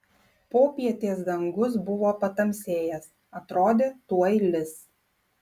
popietės dangus buvo patamsėjęs atrodė tuoj lis